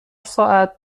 ساعت